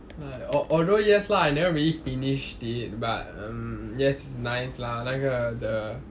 but although yes lah I never really finish it but um yes it's nice lah 那个 the